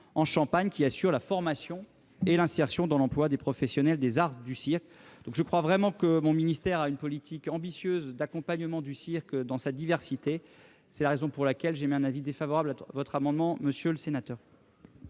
Châlons-en-Champagne, qui assure la formation et l'insertion dans l'emploi des professionnels des arts du cirque. Mon ministère mène donc une politique ambitieuse d'accompagnement du cirque dans sa diversité. C'est la raison pour laquelle j'émets un avis défavorable sur cet amendement. Monsieur Leconte,